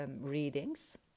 readings